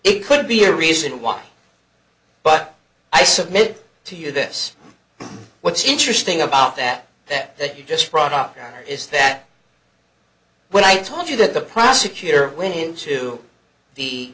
it could be a reason why but i submit to you this what's interesting about that that you just brought up is that when i told you that the prosecutor went into the